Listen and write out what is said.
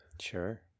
Sure